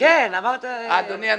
אדוני הנשיא,